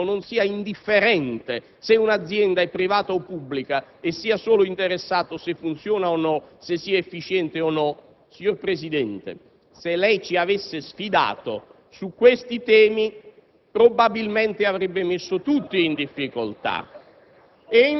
nella sua superiore freddezza o nel suo ragionato cinismo non sia indifferente se un'azienda è privata o pubblica e sia solo interessato se funziona o no, se sia efficiente o no. Signor Presidente, se lei ci avesse sfidato su questi temi,